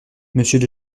monsieur